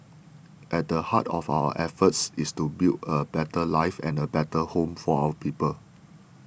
at the heart of our efforts is to build a better life and a better home for our people